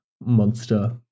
monster